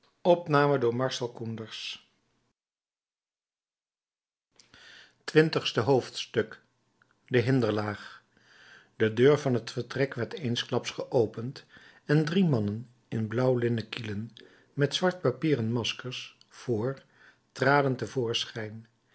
twintigste hoofdstuk de hinderlaag de deur van het vertrek werd eensklaps geopend en drie mannen in blauwlinnen kielen met zwart papieren maskers voor traden